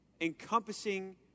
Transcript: encompassing